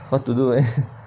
what to do eh